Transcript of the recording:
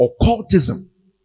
Occultism